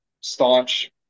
staunch